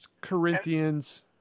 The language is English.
Corinthians